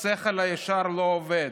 השכל הישר לא עובד.